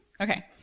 Okay